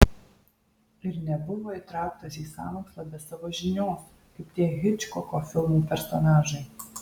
ir nebuvo įtrauktas į sąmokslą be savo žinios kaip tie hičkoko filmų personažai